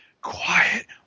quiet